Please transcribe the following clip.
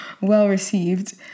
well-received